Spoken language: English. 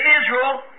Israel